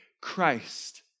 Christ